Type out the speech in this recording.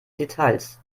details